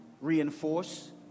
reinforce